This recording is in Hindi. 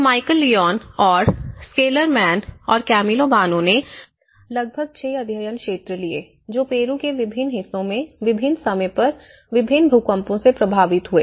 तो माइकल लियोन और स्केर्लमैन और कैमिलो बानो ने लगभग 6 अध्ययन क्षेत्र लिए जो पेरू के विभिन्न हिस्सों में विभिन्न समय पर विभिन्न भूकंपों से प्रभावित हुए